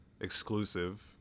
exclusive